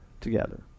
together